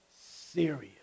serious